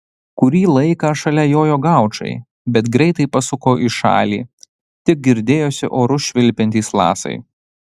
kurį laiką šalia jojo gaučai bet greitai pasuko į šalį tik girdėjosi oru švilpiantys lasai